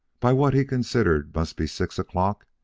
by what he considered must be six o'clock,